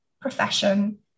profession